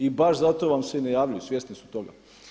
I baš zato vam se i ne javljaju, svjesni su toga.